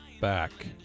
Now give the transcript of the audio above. back